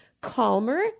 calmer